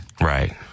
Right